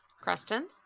Creston